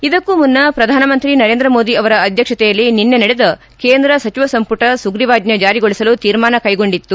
ಇದಕ್ಕೂ ಮುನ್ನ ಪ್ರಧಾನಮಂತ್ರಿ ನರೇಂದ್ರ ಮೋದಿ ಅವರ ಅಧ್ಯಕ್ಷತೆಯಲ್ಲಿ ನಿನ್ನೆ ನಡೆದ ಕೇಂದ್ರ ಸಚಿವ ಸಂಪುಟ ಸುಗ್ರೀವಾಜ್ಞೆ ಜಾರಿಗೊಳಿಸಲು ತೀರ್ಮಾನ ಕೈಗೊಂಡಿತ್ತು